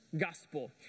gospel